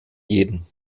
jeden